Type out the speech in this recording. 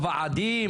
הוועדים,